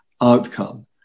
outcome